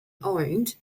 owned